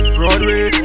Broadway